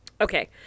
okay